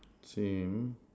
same